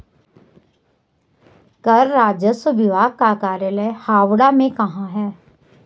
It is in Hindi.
कर राजस्व विभाग का कार्यालय हावड़ा में कहाँ है?